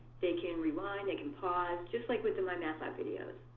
they can rewind, they can pause, just like with the mymathlab videos.